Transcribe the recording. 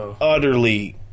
utterly